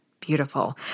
beautiful